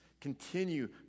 Continue